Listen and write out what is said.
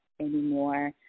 anymore